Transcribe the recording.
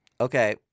Okay